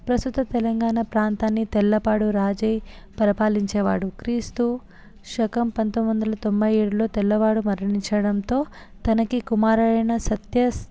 ప్రస్తుత తెలంగాణ ప్రాంతాన్ని తెల్లపాడు రాజే పరిపాలించేవాడు క్రీస్తు శకం పంతొమ్మిది వందల తొంభై ఏడులో తెల్లవాడు మరణించడంతో తనకి కుమారుడైన సత్య